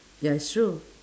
ya it's true